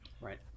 Right